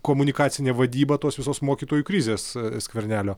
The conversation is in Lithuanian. komunikacinė vadyba tos visos mokytojų krizės skvernelio